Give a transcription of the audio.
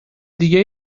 دیگه